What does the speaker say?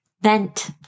vent